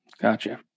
Gotcha